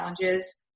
challenges